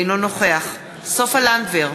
אינו נוכח סופה לנדבר,